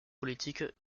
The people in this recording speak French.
politique